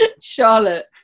Charlotte